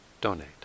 donate